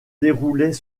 déroulait